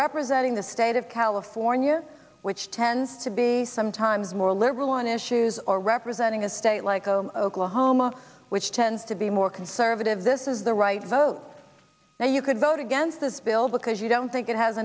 representing the state of california which tends to be sometimes more liberal on issues or representing a state like oklahoma which tends to be more conservative this is the right vote now you could vote against this bill because you don't think it has